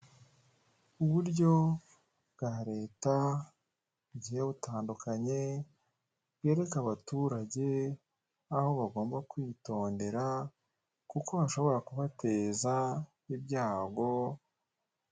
Uburyo bwa leta bugiye butandukanye bwereka abaturage aho bagomba kwitondera kuko bashobora kubateza ibyago.